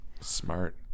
Smart